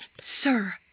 Sir